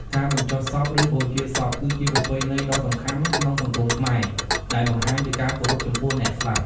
ការបញ្ចុះសព ឬបូជាសព គឺជាប្រពៃណីដ៏សំខាន់ក្នុងសង្គមខ្មែរ ដែលបង្ហាញពីការគោរពចំពោះអ្នកស្លាប់។